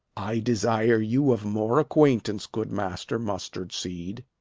i desire you of more acquaintance, good master mustardseed.